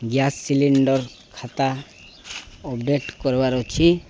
gas cylinder ଖାତା update କରିବାର ଅଛି